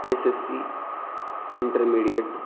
S S C inter mediate